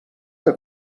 que